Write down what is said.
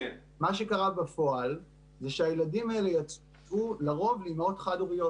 מה שקרה בפועל זה שהילדים האלה יצאו לרוב לאימהות חד-הוריות